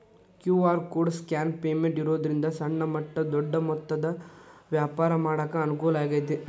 QR code scan payment ಇರೋದ್ರಿಂದ ಸಣ್ಣ ಮಟ್ಟ ದೊಡ್ಡ ಮೊತ್ತದ ವ್ಯಾಪಾರ ಮಾಡಾಕ ಅನುಕೂಲ ಆಗೈತಿ